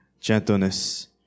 gentleness